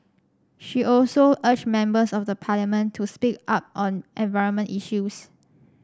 she also urged members of the Parliament to speak up on environment issues